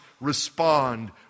respond